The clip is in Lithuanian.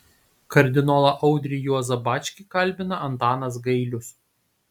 kardinolą audrį juozą bačkį kalbina antanas gailius